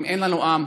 אם אין לנו עם,